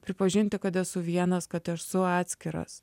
pripažinti kad esu vienas kad esu atskiras